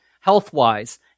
health-wise